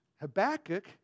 Habakkuk